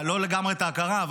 לא לגמרי את ההכרה,